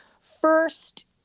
First